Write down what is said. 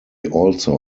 also